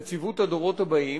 נציבות הדורות הבאים,